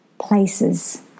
places